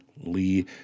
Lee